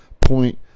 Point